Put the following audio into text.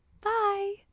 Bye